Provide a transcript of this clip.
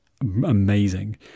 amazing